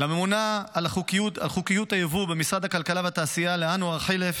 לממונה על חוקיות הייבוא במשרד הכלכלה והתעשייה אנואר חילף,